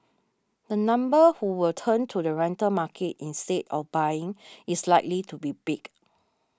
the number who will turn to the rental market instead of buying is likely to be big